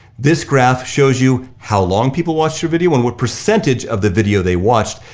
this graph shows you how long people watched your video and what percentage of the video they watched.